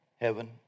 heaven